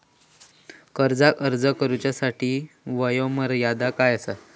कर्जाक अर्ज करुच्यासाठी वयोमर्यादा काय आसा?